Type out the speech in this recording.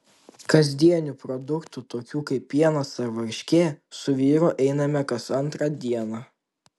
kasdienių produktų tokių kaip pienas ar varškė su vyru einame kas antrą dieną